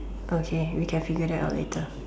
okay we can figure that out later